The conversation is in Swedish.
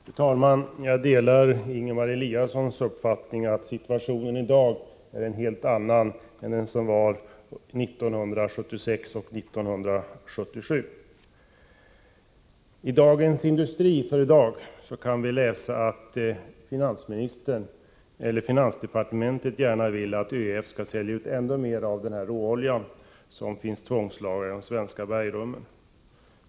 Fru talman! Jag delar Ingemar Eliassons uppfattning att situationen i dag är en helt annan än 1976 och 1977. I Dagens Industri för i dag kan vi läsa att finansdepartementet gärna vill att ÖEF skall sälja ut ännu mer av den råolja som finns tvångslagrad i de svenska bergrummen.